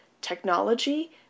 technology